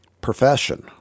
profession